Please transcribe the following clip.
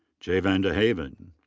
javan dehaven.